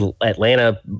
Atlanta